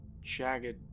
jagged